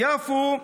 יפו,